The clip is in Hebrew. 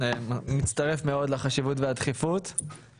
אני מצטרף מאוד לחשיבות ולדחיפות.